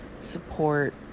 support